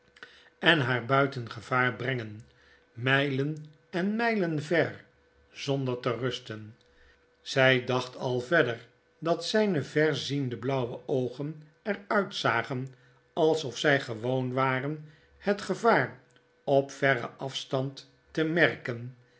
en haar buiten gevaar brengen mylen en mylen ver zonder te rusten zy dacht al verder dat zyne ver ziende blauwe oogen er uitzagen alsof zy gewoon waren het gevaar op verren afstand temerken